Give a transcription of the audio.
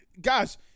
guys